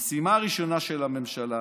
המשימה הראשונה של הממשלה